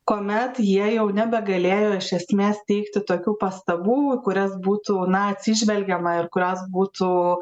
kuomet jie jau nebegalėjo iš esmės teikti tokių pastabų kurias būtų na atsižvelgiama ir kurios būtų